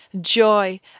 joy